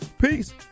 Peace